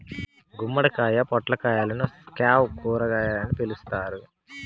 గుమ్మడికాయ, పొట్లకాయలను స్క్వాష్ కూరగాయలు అని పిలుత్తారు